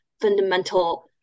fundamental